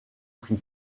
prix